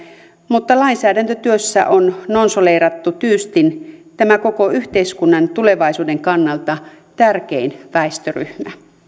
mutta lainsäädäntötyössä on nonsaleerattu tyystin tämä koko yhteiskunnan tulevaisuuden kannalta tärkein väestöryhmä